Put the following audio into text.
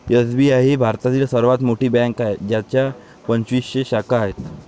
SBI ही भारतातील सर्वात मोठी बँक आहे ज्याच्या पंचवीसशे शाखा आहेत